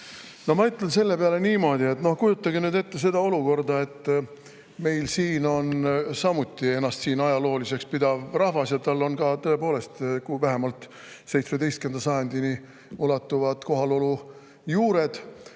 Ma ütlen selle peale niimoodi, et kujutage ette järgmist olukorda. Meil on siin samuti ennast ajalooliseks pidav rahvas, tal on tõepoolest ka vähemalt 17. sajandini ulatuvad kohalolujuured.